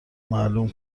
معلوم